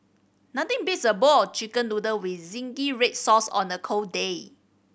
nothing beats a bowl of Chicken Noodles with zingy red sauce on a cold day